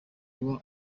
kuba